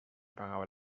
pagava